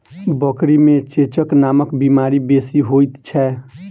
बकरी मे चेचक नामक बीमारी बेसी होइत छै